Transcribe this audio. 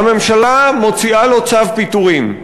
הממשלה מוציאה לו צו פיטורים.